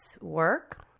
work